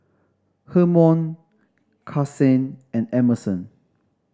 Hermon Kasen and Emerson